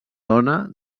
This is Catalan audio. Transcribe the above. dona